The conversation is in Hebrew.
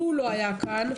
מנכ"ל משרד הפנים לא היה כאן,